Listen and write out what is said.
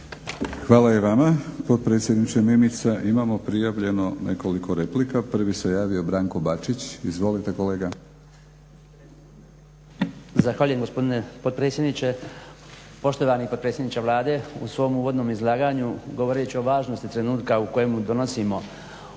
Hvala i vama potpredsjedniče Mimica. Imamo prijavljeno nekoliko replika. Prvi se javio Branko Bačić, izvolite kolega. **Bačić, Branko (HDZ)** Zahvaljujem gospodine potpredsjedniče, poštovani potpredsjedniče Vlade. U svom uvodnom izlaganju govoreći o važnosti trenutka u kojem donosimo ovu